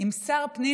שר פנים